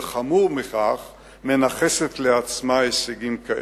וחמור מכך, מנכסת לעצמה הישגים כאלה.